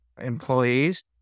employees